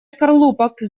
скорлупок